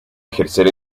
ejercer